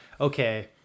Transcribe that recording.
okay